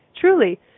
Truly